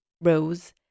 Rose